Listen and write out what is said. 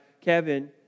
Kevin